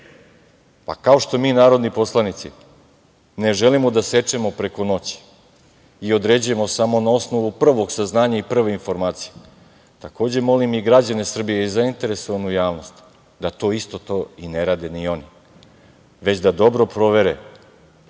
Kao što mi, narodni poslanici, ne želimo da sečemo preko noći i određujemo samo na osnovu prvog saznanja i prve informacije, takođe molim i građane Srbije i zainteresovanu javnost da to isto ne radi i oni, već da dobro provere